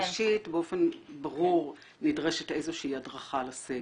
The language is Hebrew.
ראשית, באופן ברור נדרשת איזושהי הדרכה לסגל.